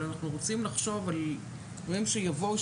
אבל אנחנו רוצים לחשוב על דברים שיבואו,